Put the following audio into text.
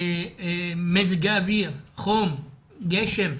למזג האוויר, חום, גשם.